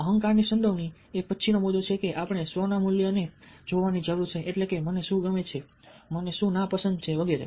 અહંકારની સંડોવણી એ પછીનો મુદ્દો છે કે આપણે સ્વના મુખ્ય મૂલ્યોને જોવાની જરૂર છે એટલે કે મને શું ગમે છે મને શું નાપસંદ છે વગેરે